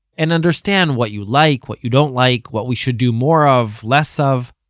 and understand what you like, what you don't like, what we should do more of, less of.